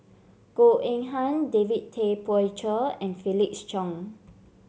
Goh Eng Han David Tay Poey Cher and Felix Cheong